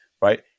Right